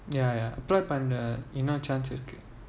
ya ya applied பண்றேன்:panren chance இருக்கு:iruku